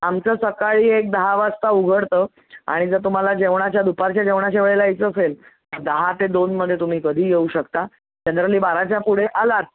आमचं सकाळी एक दहा वाजता उघडतं आणि जर तुम्हाला जेवणाच्या दुपारच्या जेवणाच्या वेळेला यायचं असेल तर दहा ते दोनमध्ये तुम्ही कधीही येऊ शकता जनरली बाराच्या पुढे आलात